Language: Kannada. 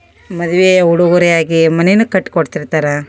ಮದಿವೆ ಉಡುಗೊರೆಯಾಗಿ ಮನೆನು ಕಟ್ಕೊಡ್ತಿರ್ತಾರೆ